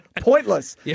Pointless